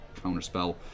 counterspell